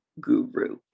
guru